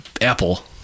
Apple